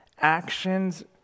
actions